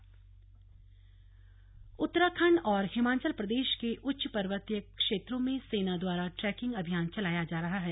ट्टैकिंग अभियान उत्तराखंड और हिमाचल प्रदेश के उच्च पर्वतीय क्षत्रों में सेना द्वारा ट्रैकिंग अभियान चलाया जा रहा है